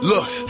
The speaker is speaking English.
Look